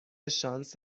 شانس